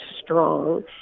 strong